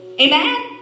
Amen